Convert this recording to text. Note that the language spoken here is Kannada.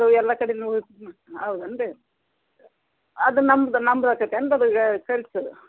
ಎಲ್ಲ ಕಡಿನೂ ಹೌದ್ ಏನು ರೀ ಅದು ನಮ್ದು ನಮ್ದು